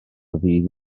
ddydd